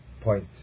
point